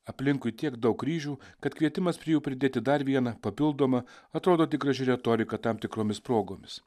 aplinkui tiek daug kryžių kad kvietimas prie jų pridėti dar vieną papildomą atrodo tik graži retorika tam tikromis progomis